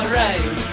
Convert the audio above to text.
right